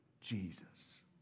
Jesus